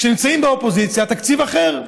וכשהן נמצאות באופוזיציה התקציב אחר.